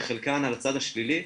וחלקם על הצד השלילי.